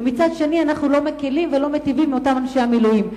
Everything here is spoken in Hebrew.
ומצד שני אנחנו לא מקלים ולא מיטיבים עם אותם אנשי המילואים.